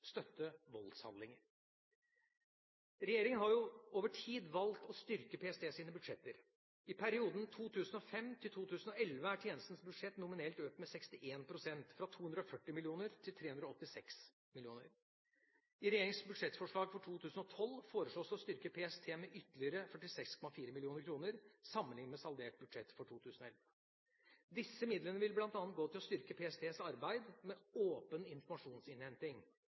støtte voldshandlinger. Regjeringa har over tid valgt å styrke PSTs budsjetter. I perioden 2005–2011 er tjenestens budsjett nominelt økt med 61 pst., fra 240 mill. kr til 386 mill. kr. I regjeringas budsjettforslag for 2012 foreslås det å styrke PST med ytterligere 46,4 mill. kr sammenlignet med saldert budsjett for 2011. Disse midlene vil bl.a. gå til å styrke PSTs arbeid med åpen informasjonsinnhenting,